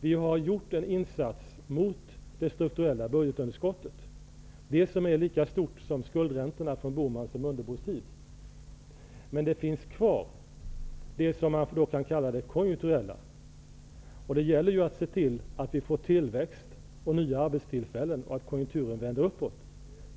Vi har gjort en insats för att komma till rätta med det strukturella budgetunderskottet, som är lika stort som skuldräntorna från Bohmans och Mundebos tid. Men den konjunkturella situationen kvarstår. Det gäller att se till att skapa tillväxt och nya arbetstillfällen så att konjunkturen vänder uppåt.